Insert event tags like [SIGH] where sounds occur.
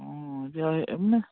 অঁ [UNINTELLIGIBLE]